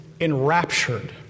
enraptured